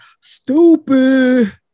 stupid